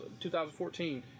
2014